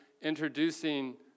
introducing